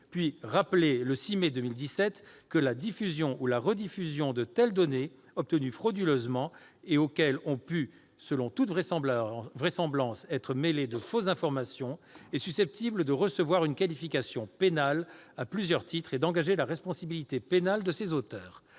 puis rappelé, le même jour, que « la diffusion ou la rediffusion de telles données, obtenues frauduleusement, et auxquelles ont pu, selon toute vraisemblance, être mêlées de fausses informations, est susceptible de recevoir une qualification pénale à plusieurs titres et d'engager la responsabilité de ses auteurs.